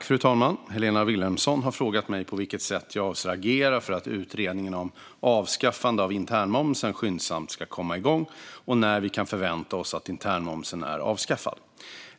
Fru talman! Helena Vilhelmsson har frågat mig på vilket sätt jag avser att agera för att utredningen om avskaffande av internmomsen skyndsamt ska komma igång och när vi kan förvänta oss att internmomsen är avskaffad.